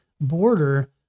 border